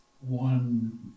one